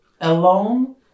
alone